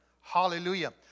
Hallelujah